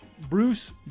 Bruce